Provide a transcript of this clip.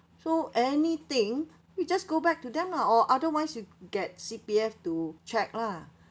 so anything we just go back to them lah or otherwise you get C_P_F to check lah